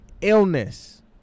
illness